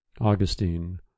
augustine